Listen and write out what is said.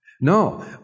No